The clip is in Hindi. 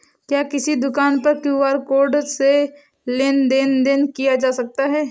क्या किसी दुकान पर क्यू.आर कोड से लेन देन देन किया जा सकता है?